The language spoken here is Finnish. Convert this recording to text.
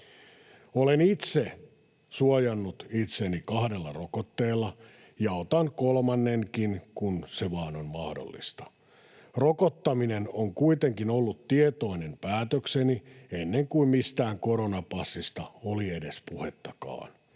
Olen itse suojannut itseni kahdella rokotteella ja otan kolmannenkin, kun se vaan on mahdollista. Rokottaminen on kuitenkin ollut tietoinen päätökseni ennen kuin mistään koronapassista oli edes puhetta.